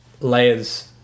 layers